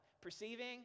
perceiving